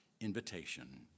invitation